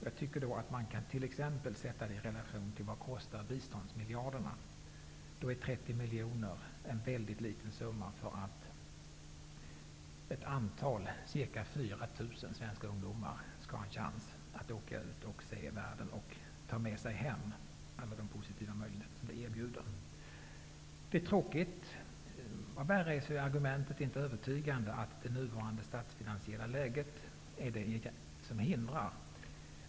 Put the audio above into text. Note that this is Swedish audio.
Jag tycker att man t.ex. kan sätta detta i relation till vad biståndsmiljarderna kostar. Då framstår 30 miljoner som en mycket liten summa för att ca 4 000 svenska ungdomar skall få en chans att åka ut och se världen och ta med sig hem alla de positiva möjligheter som detta för med sig. Läget är tråkigt. Vad värre är: argumentet att det nuvarande statsfinansiella läget är det som hindrar är inte övertygande.